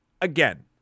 Again